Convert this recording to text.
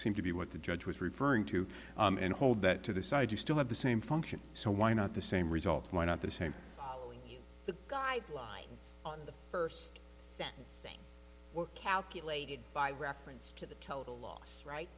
seem to be what the judge was referring to and hold that to the side you still have the same function so why not the same result why not the same the guidelines on the first sentence calculated by reference to the total loss right